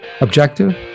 objective